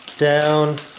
down,